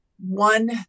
one